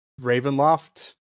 Ravenloft